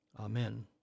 Amen